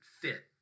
fit